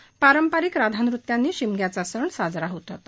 पापरंपरिक राधाऩत्यानी शिमग्याचा सण साजरा होत आहे